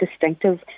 distinctive